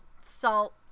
salt